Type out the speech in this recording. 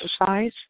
exercise